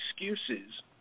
excuses